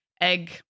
egg